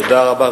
תודה רבה.